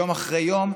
יום אחרי יום,